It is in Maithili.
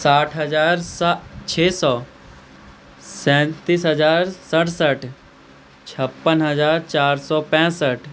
साठि हजार सा छओ सए सैतिस हजार सठसठि छप्पन हजार चारि सए पैंसठि